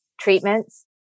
treatments